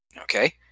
okay